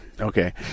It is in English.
Okay